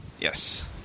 Yes